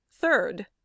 Third